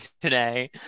today